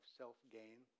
self-gain